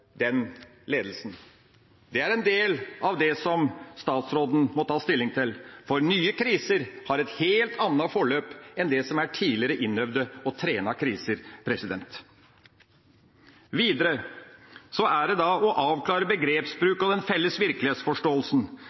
den ledelsen. Det er en del av det som statsråden må ta stilling til, for nye kriser har et helt annet forløp enn tidligere innøvde og trenede kriser. Videre er det viktig å avklare begrepsbruk og den felles virkelighetsforståelsen